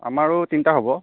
আমাৰো তিনিটা হ'ব